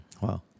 Wow